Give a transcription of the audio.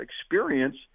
experience